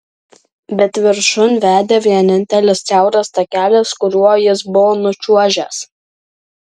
bet viršun vedė vienintelis siauras takelis kuriuo jis buvo nučiuožęs